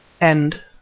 End